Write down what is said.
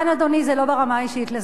זה לא ברמה האישית לסגן השר.